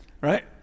Right